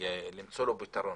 למצוא לו פתרון.